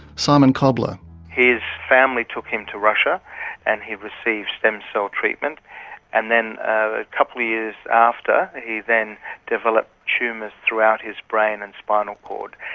simon koblar his family took him to russia and he received stem cell treatment and then a couple of years after, he then developed tumours throughout his brain and spinal cord.